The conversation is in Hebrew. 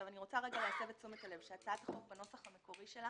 אני רוצה להסב את תשומת הלב לכך שהצעת החוק בנוסח המקורי שלה